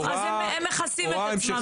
אז הם מכסים את עצמם.